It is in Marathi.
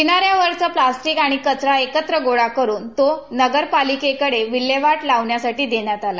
किना यावरचं प्लास्टिक आणि कचरा एकत्र गोळा करून तो नगरपालिकेकडे विल्हेवाट लावण्यासाठी देण्यात आला